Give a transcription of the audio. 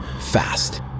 Fast